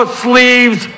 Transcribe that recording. sleeves